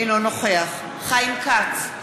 אינו נוכח חיים כץ,